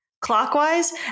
clockwise